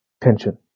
pension